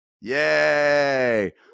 Yay